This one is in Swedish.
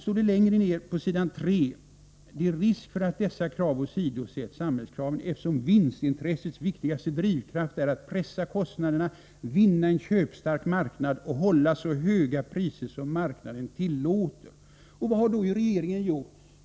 3i svaret står det att det finns risk för att samhällskraven ”åsidosätts, eftersom vinstintressets viktigaste drivkraft är att pressa kostnaderna, vinna en köpstark marknad och hålla så höga priser som marknaden tillåter”. Vad har då regeringen gjort?